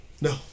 No